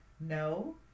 No